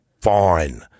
fine